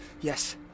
Yes